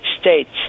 States